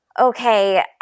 Okay